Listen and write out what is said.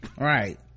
right